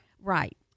Right